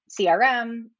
CRM